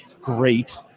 great